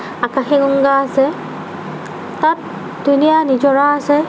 আকাশী গংগা আছে তাত ধুনীয়া নিজৰা আছে